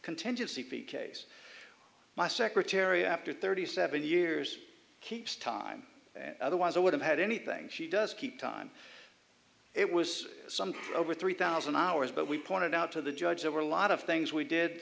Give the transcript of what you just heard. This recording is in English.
contingency fee case my secretary after thirty seven years keeps time otherwise i would have had anything she does keep time it was some over three thousand hours but we pointed out to the judge there were a lot of things we